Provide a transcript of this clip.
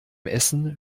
essen